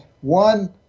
one